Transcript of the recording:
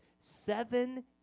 Seven